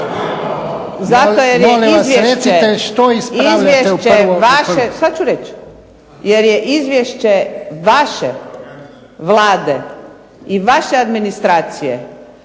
reći. Jer je izvješće vaše Vlade i vaše administracije